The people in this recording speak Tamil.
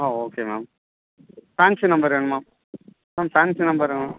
ஆ ஓகே மேம் ஃபேன்ஸி நம்பர் வேணுமா மேம் ஃபேன்ஸி நம்பரும்